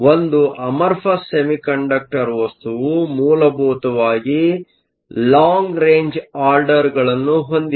ಒಂದು amorphous semiconductor semiconductor ವಸ್ತುವು ಮೂಲಭೂತವಾಗಿ ಲಾಂಗ್ ರೇಂಜ್ ಆರ್ಡರ್ಗಳನ್ನು ಹೊಂದಿಲ್ಲ